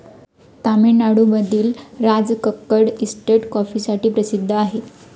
तामिळनाडूतील राजकक्कड इस्टेट कॉफीसाठीही प्रसिद्ध आहे